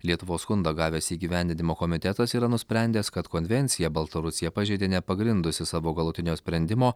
lietuvos skundą gavęs įgyvendinimo komitetas yra nusprendęs kad konvenciją baltarusija pažeidė nepagrindusi savo galutinio sprendimo